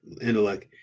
intellect